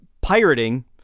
pirating